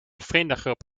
vriendengroep